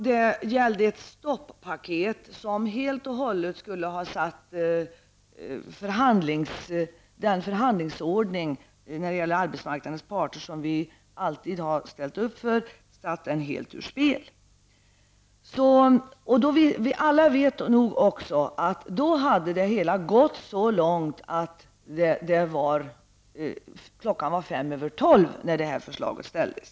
Det gällde ett stoppaket som helt och hållet skulle ha satt den förhandlingsordning för arbetsmarknadens parter som vi alltid har ställt upp för ur spel. Alla vet att det hela då hade gått så långt att klockan var fem över tolv när förslaget framställdes.